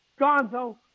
Gonzo